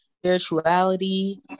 Spirituality